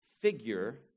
figure